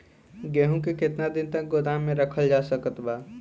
गेहूँ के केतना दिन तक गोदाम मे रखल जा सकत बा?